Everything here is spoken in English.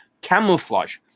camouflage